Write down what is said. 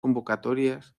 convocatorias